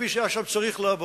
שם הכביש אז היה צריך לעבור,